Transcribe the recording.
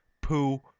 poo